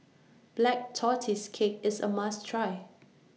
Black Tortoise Cake IS A must Try